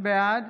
בעד